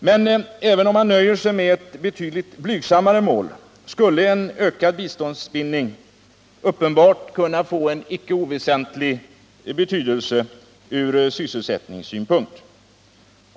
Men även om man nöjer sig med ett betydligt blygsammare mål, skulle en ökad biståndsbindning uppenbart kunna få en icke oväsentlig betydelse ur sysselsättningssynpunkt.